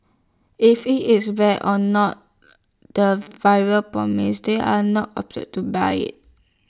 if IT is bad or not the variety promised they are not to buy IT